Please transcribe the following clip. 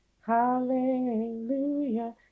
Hallelujah